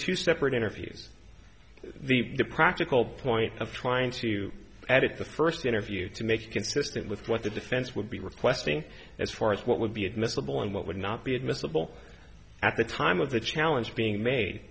two separate interviews the practical point of trying to edit the first interview to make consistent with what the defense would be requesting as far as what would be admissible and what would not be admissible at the time of the challenge being made